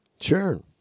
Sure